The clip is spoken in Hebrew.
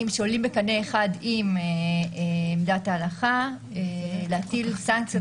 שעולים בקנה אחד עם עמדת ההלכה להטיל סנקציות,